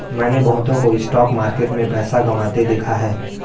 मैंने बहुतों को स्टॉक मार्केट में पैसा गंवाते देखा हैं